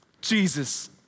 Jesus